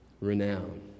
renown